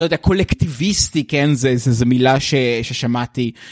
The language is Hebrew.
לא יודע, קולקטיביסטי, כן, זו מילה ששמעתי.